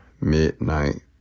Midnight